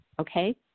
okay